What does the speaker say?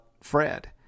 Fred